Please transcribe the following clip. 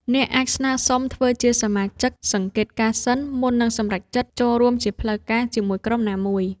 អ្នកអាចស្នើសុំធ្វើជាសមាជិកសង្កេតការណ៍សិន មុននឹងសម្រេចចិត្តចូលរួមជាផ្លូវការជាមួយក្រុមណាមួយ។